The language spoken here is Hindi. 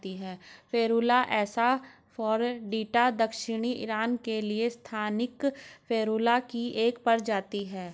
फेरुला एसा फोएटिडा दक्षिणी ईरान के लिए स्थानिक फेरुला की एक प्रजाति है